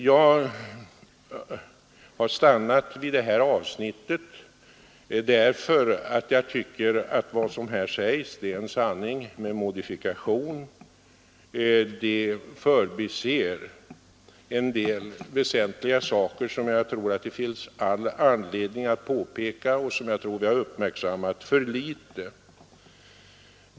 Jag har stannat vid det avsnitt som jag nyss citerade därför att jag tycker att vad som sägs där är en sanning med modifikation. Där förbises en del väsentliga saker som det finns all anledning att påpeka och som jag tror att vi har uppmärksammat för litet.